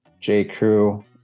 J.Crew